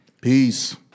Peace